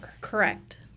Correct